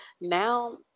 now